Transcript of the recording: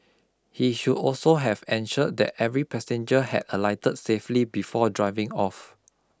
he should also have ensured that every passenger had alighted safely before driving off